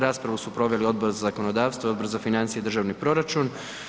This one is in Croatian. Raspravu su proveli Odbor za zakonodavstvo i Odbor za financije i državni proračun.